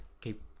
keep